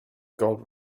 god